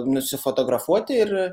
nusifotografuoti ir